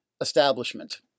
establishment